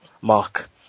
Mark